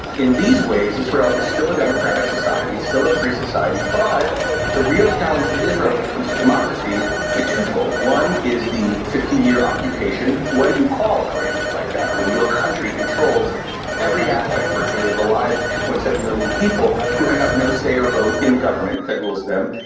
in these ways, israel is still a democratic society, it's still a free society, but the real challenge to israel when it comes to democracy is twofold. one is the fifty year occupation. what you call an arrangement like that? when your country controls every aspect virtually of the lives of two. seven million people who have no say or vote in the government that rules them?